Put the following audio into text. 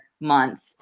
month